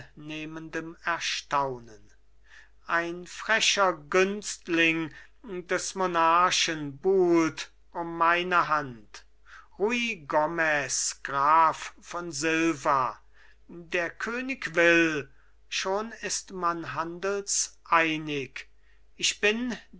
teilnehmendem erstaunen ein frecher günstling des monarchen buhlt um meine hand ruy gomez graf von silva der könig will schon ist man handelseinig ich bin